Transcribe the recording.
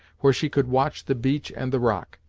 where she could watch the beach and the rock,